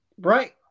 right